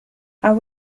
how